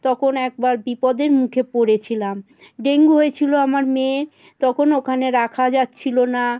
তখন একবার বিপদের মুখে পড়েছিলাম ডেঙ্গু হয়েছিল আমার মেয়ের তখন ওখানে রাখা যাচ্ছিল না